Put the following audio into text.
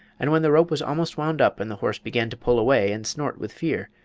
and when the rope was almost wound up and the horse began to pull away and snort with fear,